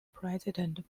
president